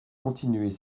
continuer